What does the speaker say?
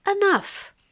enough